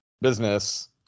business